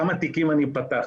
כמה תיקים אני פתחתי.